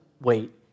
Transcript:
wait